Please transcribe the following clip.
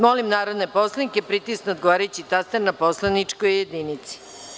Molim narodne poslanike da pritisnu odgovarajući taster na poslaničkoj jedinici.